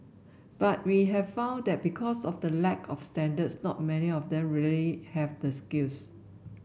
but we have found that because of the lack of standards not many of them really have the skills